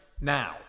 now